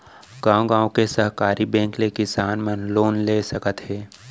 गॉंव गॉंव के सहकारी बेंक ले किसान मन लोन ले सकत हे